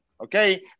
Okay